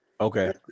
Okay